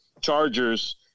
Chargers